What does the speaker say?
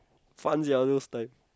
fun sia those time